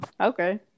Okay